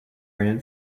ran